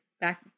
back